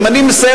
אם אני מסיים,